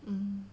mm